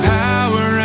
power